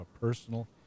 personal